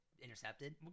intercepted